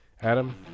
Adam